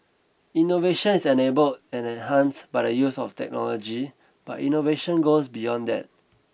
innovation is enabled and enhanced by the use of technology but innovation goes beyond that